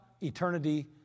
eternity